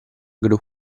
gru